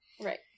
right